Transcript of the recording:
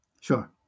Sure